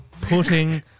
putting